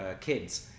kids